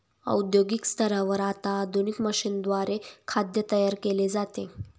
औद्योगिक स्तरावर आता आधुनिक मशीनद्वारे खाद्य तयार केले जाते